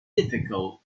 difficult